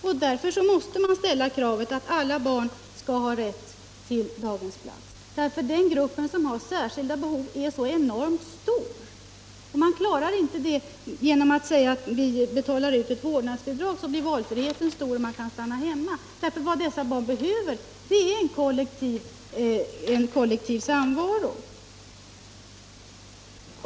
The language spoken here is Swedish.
Nej, man måste ställa kravet att alla barn skall ha rätt till daghemsplats, för den grupp som har särskilda behov är enormt stor, och man klarar inte problemet bara genom att säga: Vi betalar ut ett vårdnadsbidrag, så blir valfriheten stor och föräldrar kan stanna hemma. Vad dessa barn behöver är en kollektiv samvaro.